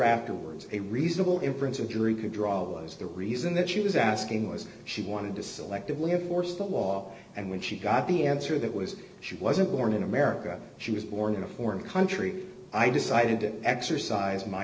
afterwards a reasonable inference of your you could draw was the reason that she was asking was she wanted to selectively enforce the law and when she got the answer that was she wasn't born in america she was born in a foreign country i decided to exercise my